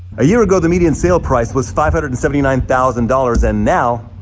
a year ago, the median sale price was five hundred and seventy nine thousand dollars and now.